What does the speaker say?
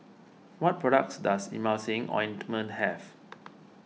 what products does Emulsying Ointment have